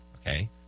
Okay